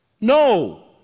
No